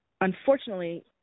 unfortunately